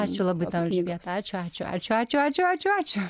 ačiū labai tau elžbieta ačiū ačiū ačiū ačiū ačiū ačiū ačiū